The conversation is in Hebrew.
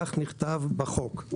כך נכתב בחוק.